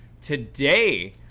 today